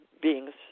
beings